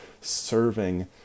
serving